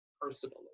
personally